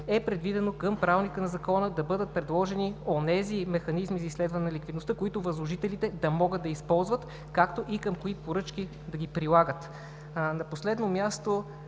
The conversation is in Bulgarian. е предвидено към Правилника на Закона да бъдат предложени онези механизми за изследване на ликвидността, които възложителите да могат да използват, както и към кои поръчки да ги прилагат. На последно място,